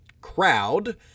crowd